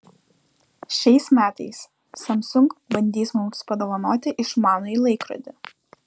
šiais metais samsung bandys mums padovanoti išmanųjį laikrodį